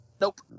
Nope